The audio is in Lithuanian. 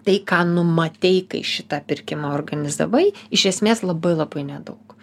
tai ką numatei kai šitą pirkimą organizavai iš esmės labai labai nedaug